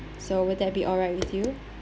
so will that be alright with you